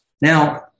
Now